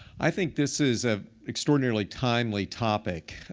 i think this is a extraordinarily timely topic.